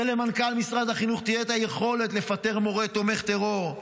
שלמנכ"ל משרד החינוך תהיה היכולת לפטר מורה תומך טרור.